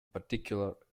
particular